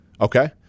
Okay